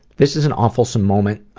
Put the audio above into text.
this is an awefulsome moment